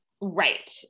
Right